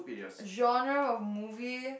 genre of movie